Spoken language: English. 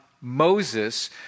Moses